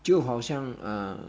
就好像 uh